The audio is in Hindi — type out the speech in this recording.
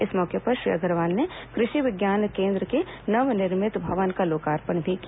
इस मौके पर श्री अग्रवाल ने कृषि विज्ञान केन्द्र के नवनिर्मित भवन का लोकार्पण भी किया